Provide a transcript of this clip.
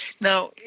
Now